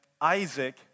Isaac